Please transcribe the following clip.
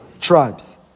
tribes